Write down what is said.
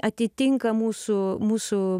atitinka mūsų mūsų